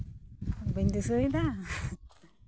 ᱵᱟᱹᱧ ᱫᱤᱥᱟᱹᱭᱮᱫᱟ